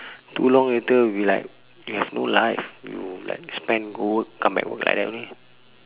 too long later you'll be like you have no life you like spend go work come back like that only